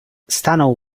stanął